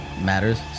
matters